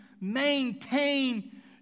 maintain